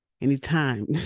anytime